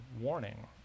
warning